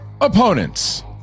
opponents